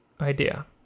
idea